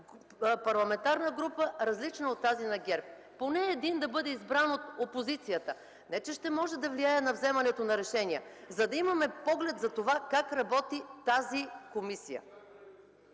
парламентарна група, различна от тази на ГЕРБ, поне един да бъде избран от опозицията. Не че ще може да влияе на вземането на решението, но за да имаме поглед за това как работи тази комисия.